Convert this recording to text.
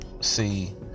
see